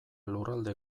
lurralde